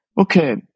Okay